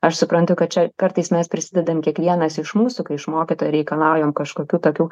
aš suprantu kad čia kartais mes prisidedam kiekvienas iš mūsų kai iš mokytojo reikalaujam kažkokių tokių